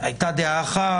הייתה דעה אחת,